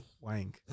Wang